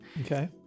Okay